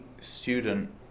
student